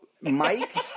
Mike